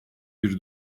bir